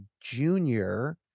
junior